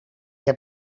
heb